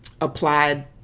applied